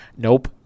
Nope